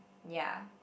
ya